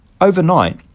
overnight